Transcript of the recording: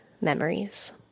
memories